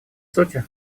сути